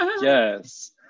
Yes